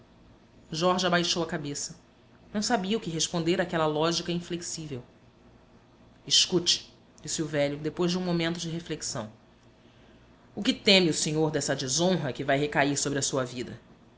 jorge abaixou a cabeça não sabia o que responder àquela lógica inflexível escute disse o velho depois de um momento de reflexão o que teme o senhor dessa desonra que vai recair sobre a sua vida